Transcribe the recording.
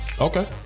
Okay